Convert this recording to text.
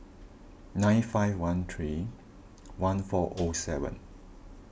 nine five one three one four O seven